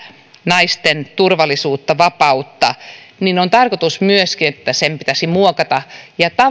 naisten turvallisuutta vapautta on tarkoitus myöskin että sen pitäisi muokata ja